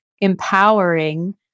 empowering